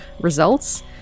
results